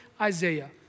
Isaiah